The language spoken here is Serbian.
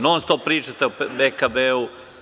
Non-stop pričate o PKB-u.